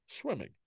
swimming